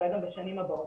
אולי גם בשנים הבאות.